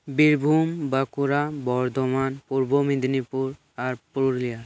ᱵᱤᱨᱵᱷᱩᱢ ᱵᱟᱸᱠᱩᱲᱟ ᱵᱚᱨᱫᱷᱚᱢᱟᱱ ᱯᱩᱨᱵᱚ ᱢᱮᱫᱽᱱᱤᱯᱩᱨ ᱟᱨ ᱯᱩᱨᱩᱞᱤᱭᱟᱹ